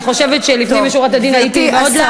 אני חושבת שלפנים משורת הדין הייתי מאוד לארג'ית.